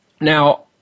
Now